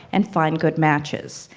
and find good matches?